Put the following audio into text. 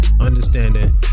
understanding